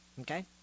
okay